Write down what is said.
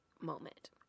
moment